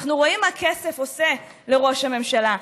אנחנו רואים מה כסף עושה לראש הממשלה.